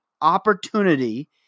opportunity